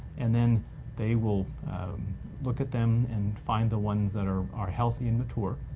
and then they will look at them and find the ones that are are healthy and mature,